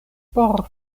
por